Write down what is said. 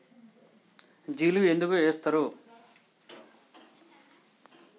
జిలుగు ఎందుకు ఏస్తరు?